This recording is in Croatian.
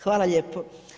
Hvala lijepo.